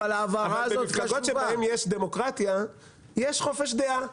אבל במפלגות שבהם יש דמוקרטיה יש חופש דעה,